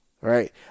Right